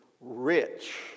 rich